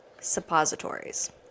suppositories